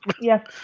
Yes